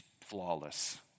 Flawless